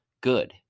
good